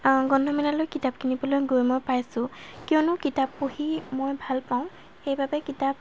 গ্ৰন্থমেলালৈ কিতাপ কিনিবলৈ গৈ মই পাইছোঁ কিয়নো কিতাপ পঢ়ি মই ভাল পাওঁ সেইবাবে কিতাপ